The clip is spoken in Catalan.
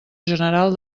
general